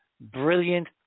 brilliant